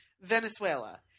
Venezuela